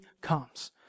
comes